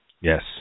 Yes